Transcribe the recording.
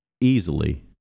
easily